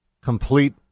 complete